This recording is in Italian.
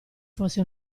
fosse